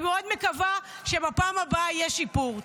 אני מאוד מקווה שבפעם הבאה יהיה שיפור.